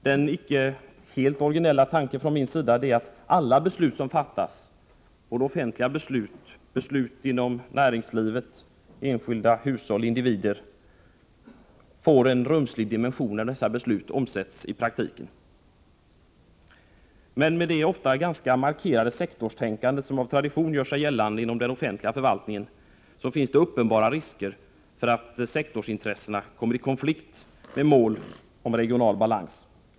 Min icke helt originella tanke är att alla beslut som fattas, såväl offentliga beslut som beslut inom näringslivet, enskilda hushåll och individuella beslut, får en rumslig dimension då dessa beslut omsätts i praktiken. Men det ofta ganska markerade sektorstänkande som av tradition gör sig gällande inom den offentliga förvaltningen medför uppenbara risker för att sektorsintressena kommer i konflikt med mål om regional balans.